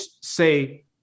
say